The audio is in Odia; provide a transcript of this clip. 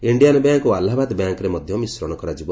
ଇଣ୍ଡିଆନ୍ ବ୍ୟାଙ୍କ୍ ଓ ଆଲ୍ଲାହାବାଦ ବ୍ୟାଙ୍କ୍ର ମଧ୍ୟ ମିଶ୍ରଣ କରାଯିବ